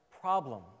problem